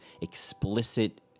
explicit